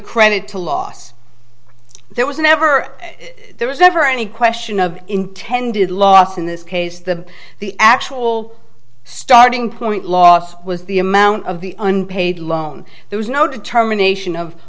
credit to loss there was never there was never any question of intended loss in this case the the actual starting point loss was the amount of the unpaid loan there was no determination of